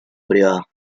privada